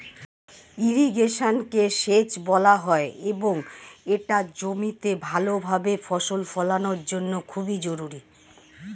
ইরিগেশনকে সেচ বলা হয় এবং এটা জমিতে ভালোভাবে ফসল ফলানোর জন্য খুবই জরুরি